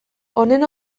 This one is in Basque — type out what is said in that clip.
honen